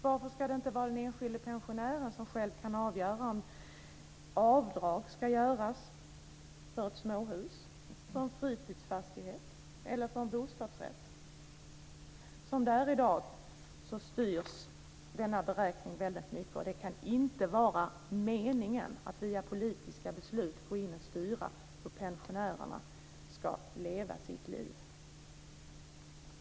Varför ska det inte vara den enskilda pensionären som själv avgör om avdrag ska göras för ett småhus, för en fritidsfastighet eller för en bostadsrätt. Som det är i dag styrs denna beräkning väldigt mycket. Det kan inte vara meningen att man via politiska beslut ska gå in och styra hur pensionärerna ska leva sitt liv.